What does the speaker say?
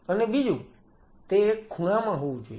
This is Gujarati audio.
અને બીજું તે એક ખૂણામાં હોવું જોઈએ